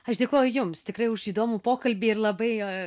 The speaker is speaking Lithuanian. aš dėkoju jums tikrai už įdomų pokalbį ir labai